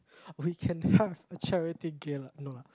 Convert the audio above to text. we can have a charity gala no lah